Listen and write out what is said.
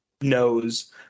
knows